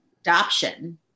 adoption